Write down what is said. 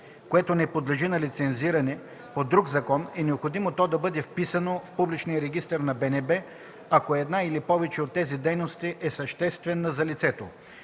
което не подлежи на лицензиране по друг закон, е необходимо то да бъде вписано в публичен регистър на БНБ, ако една или повече от тези дейности е съществена за лицето.